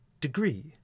degree